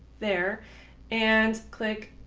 there and click